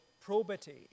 probity